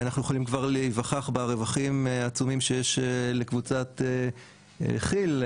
אנחנו יכולים גם להיווכח ברווחים העצומים שיש לקבוצת כיל,